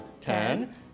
ten